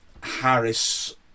harris